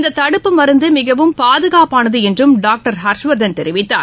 இந்ததடுப்பு மருந்துமிகவும் பாதுகாப்பானதுஎன்றும் டாக்டர் ஹர்ஷ்வர்தன் தெரிவித்தார்